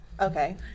Okay